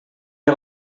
les